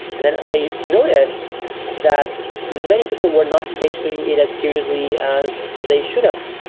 and then i noticed that many people were not taking it as seriously as they should have.